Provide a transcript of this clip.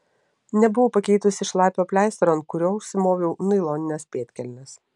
nebuvau pakeitusi šlapio pleistro ant kurio užsimoviau nailonines pėdkelnes